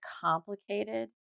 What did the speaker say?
complicated